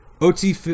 Ot